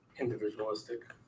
individualistic